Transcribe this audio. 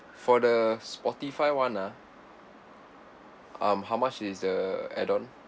for the spotify one ah um how much is the add on